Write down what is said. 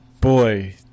boy